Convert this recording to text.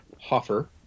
Hoffer